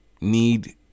need